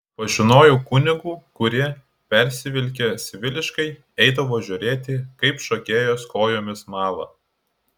pažinojau kunigų kurie persivilkę civiliškai eidavo žiūrėti kaip šokėjos kojomis mala